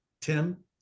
Tim